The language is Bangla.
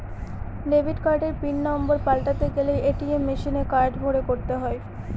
ডেবিট কার্ডের পিন নম্বর পাল্টাতে গেলে এ.টি.এম মেশিনে কার্ড ভোরে করতে হয়